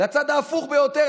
לצד ההפוך ביותר,